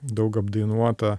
daug apdainuota